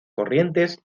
corrientes